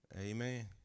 amen